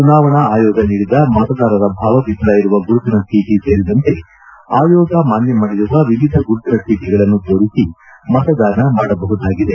ಚುನಾವಣಾ ಆಯೋಗ ನೀಡಿದ ಮತದಾರರ ಭಾವಚಿತ್ರ ಇರುವ ಗುರುತಿನ ಚೀಟ ಸೇರಿದಂತೆ ಆಯೋಗ ಮಾನ್ಯ ಮಾಡಿರುವ ವಿವಿಧ ಗುರುತಿನ ಚೀಟಿಗಳನ್ನು ತೋರಿಸಿ ಮತದಾನ ಮಾಡಬಹುದಾಗಿದೆ